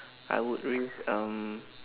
I would risk um